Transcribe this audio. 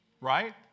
Right